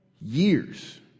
years